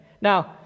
Now